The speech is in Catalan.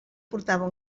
portava